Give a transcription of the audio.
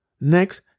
Next